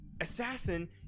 Assassin